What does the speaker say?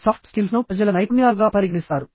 soft స్కిల్స్ను ప్రజల నైపుణ్యాలుగా పరిగణిస్తారు